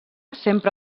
sempre